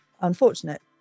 unfortunate